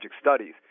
studies